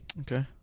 Okay